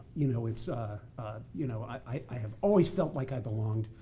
you know it's ah you know i have always felt like i belonged,